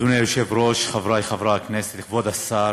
אדוני היושב-ראש, חברי חברי הכנסת, כבוד השר,